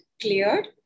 cleared